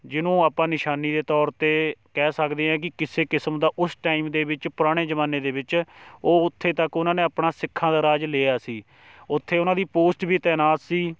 ਜਿਹਨੂੰ ਆਪਾਂ ਨਿਸ਼ਾਨੀ ਦੇ ਤੌਰ 'ਤੇ ਕਹਿ ਸਕਦੇ ਹੈ ਕਿ ਕਿਸੇ ਕਿਸਮ ਦਾ ਉਸ ਟਾਈਮ ਦੇ ਵਿੱਚ ਪੁਰਾਣੇ ਜਮਾਨੇ ਦੇ ਵਿੱਚ ਉਹ ਉੱਥੇ ਤੱਕ ਉਹਨਾਂ ਨੇ ਆਪਣਾ ਸਿੱਖਾਂ ਦਾ ਰਾਜ ਲਿਆ ਸੀ ਉੱਥੇ ਉਹਨਾਂ ਦੀ ਪੋਸਟ ਵੀ ਤੈਨਾਤ ਸੀ